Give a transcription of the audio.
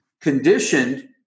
conditioned